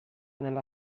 nella